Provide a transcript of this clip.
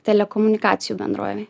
telekomunikacijų bendrovėje